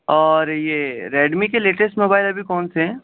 اور یہ ریڈمی کے لیٹسٹ موبائل ابھی کون سے ہیں